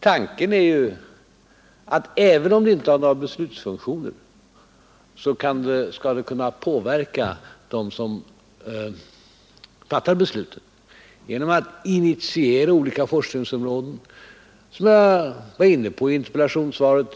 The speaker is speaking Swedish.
Tanken är att beredningen även om den inte har några beslutsfunktioner skall kunna påverka dem som fattar besluten genom att initiera forskning på olika områden, som jag sade i interpellationssvaret. Bl.